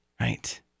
Right